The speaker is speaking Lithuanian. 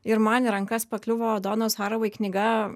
ir man į rankas pakliuvo donos harovei knyga